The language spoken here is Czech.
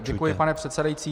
Děkuji, pane předsedající.